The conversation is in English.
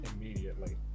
immediately